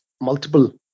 multiple